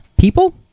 People